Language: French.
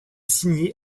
signée